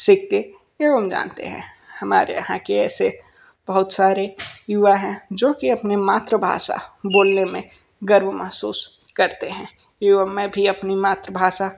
सीखते एवं जानते हैं हमारे यहाँ के ऐसे बहुत सारे युवा हैं जो की अपने मातृभाषा बोलने में गर्व महसूस करते हैं एवं मैं भी अपनी मातृभाषा